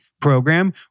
program